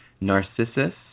Narcissus